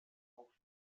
aufstieg